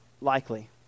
likely